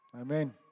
Amen